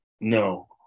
No